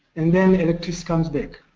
and then electricity comes back.